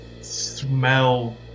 smell